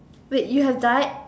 wait you have died